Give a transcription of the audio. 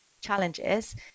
challenges